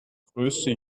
größte